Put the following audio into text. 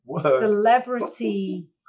celebrity